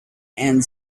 and